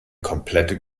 komplette